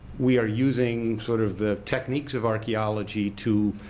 we are using sort of the techniques of archeology to